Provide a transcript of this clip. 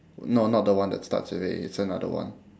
no not the one that starts with A it's another one